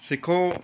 ਸਿੱਖੋ